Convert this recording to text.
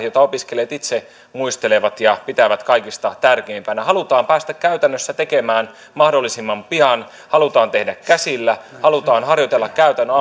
jota opiskelijat itse muistelevat ja pitävät kaikista tärkeimpänä halutaan päästä käytännössä tekemään mahdollisimman pian halutaan tehdä käsillä halutaan harjoitella käytännön